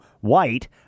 white